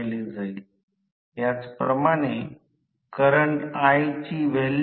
NS हे एक परिमाण कमी प्रमाण आहे म्हणूनच आपण स्लिप ला s म्हणतो